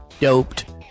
Doped